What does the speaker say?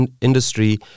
industry